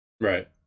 Right